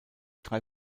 drei